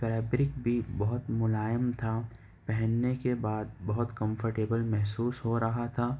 fabric بھی بہت ملائم تھا پہننے کے بعد بہت کمفرٹیبل محسوس ہو رہا تھا